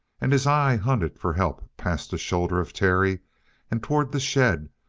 and his eye hunted for help past the shoulder of terry and toward the shed,